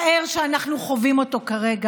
חבריי חברי הכנסת,